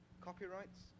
copyrights